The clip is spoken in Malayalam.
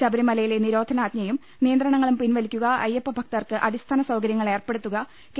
ശബരിമലയിലെ നിരോധനാ ജ്ഞയും നിയന്ത്രണങ്ങളും പിൻവലിക്കുക അയ്യപ്പ ഭക്തർക്ക് അടി സ്ഥാന സൌകര്യങ്ങൾ ഏർപ്പെടുത്തുക കെ